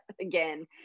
again